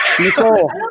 Nicole